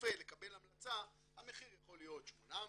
לרופא לקבל המלצה המחיר יכול להיות 800,